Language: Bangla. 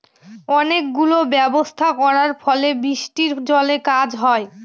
অনেক গুলো ব্যবস্থা করার ফলে বৃষ্টির জলে কাজ হয়